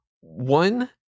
one